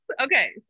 Okay